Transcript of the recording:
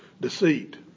deceit